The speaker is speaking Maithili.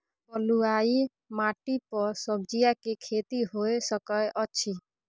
बलुआही माटी पर सब्जियां के खेती होय सकै अछि?